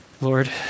Lord